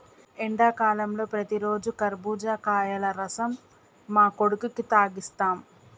ఎండాకాలంలో ప్రతిరోజు కర్బుజకాయల రసం మా కొడుకుకి తాగిస్తాం